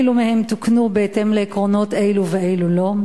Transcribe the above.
אילו מהם תוקנו בהתאם לעקרונות אלו ואילו לא?